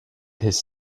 his